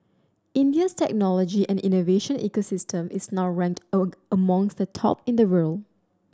India's technology and innovation ecosystem is now ranked amongst the top in the world